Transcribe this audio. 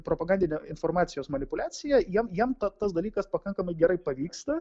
propagandine informacijos manipuliacija jam jam ta tas dalykas pakankamai gerai pavyksta